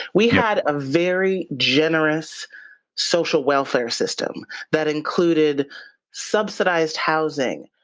we had a very generous social welfare system that included subsidized housing,